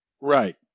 Right